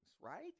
right